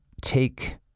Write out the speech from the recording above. take